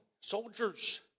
Soldiers